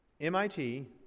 MIT